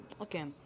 okay